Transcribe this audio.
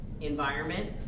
environment